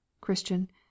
Christian